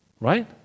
right